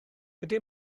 ydy